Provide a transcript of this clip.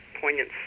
poignant